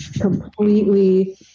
Completely